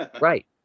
Right